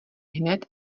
hned